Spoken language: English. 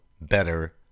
better